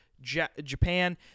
japan